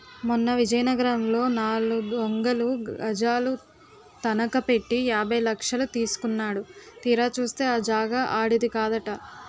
మొన్న విజయనగరంలో నాలుగొందలు గజాలు తనఖ పెట్టి యాభై లక్షలు తీసుకున్నాడు తీరా చూస్తే ఆ జాగా ఆడిది కాదట